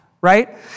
right